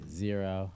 zero